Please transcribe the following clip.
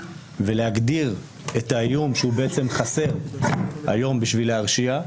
ולהגדיר את האיום שהוא בעצם חסר היום בשביל להרשיע,